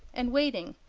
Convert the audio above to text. and waiting,